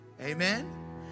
Amen